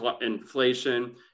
inflation